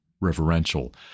reverential